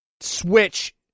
Switch